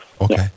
Okay